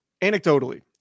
anecdotally